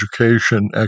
education